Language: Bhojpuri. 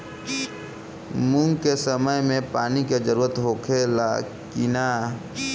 मूंग के समय मे पानी के जरूरत होखे ला कि ना?